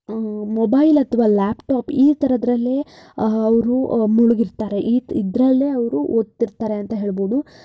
mobile ಅಥವಾ laptop ಈ ಥರದರಲ್ಲೇ ಅವರು ಮುಳುಗಿರ್ತಾರೆ ಈ ಇದರಲ್ಲೇ ಅವರು ಓದ್ತಿರ್ತಾರೆ ಅಂತ ಹೇಳ್ಬೌದು